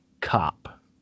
cop